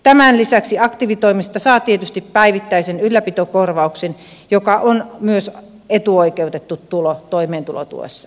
tämän lisäksi aktiivitoimista saa tietysti päivittäisen ylläpitokorvauksen joka on myös etuoikeutettu tulo toimeentulotuessa